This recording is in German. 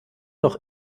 noch